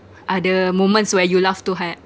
other moments where you laugh too hard